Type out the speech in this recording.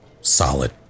solid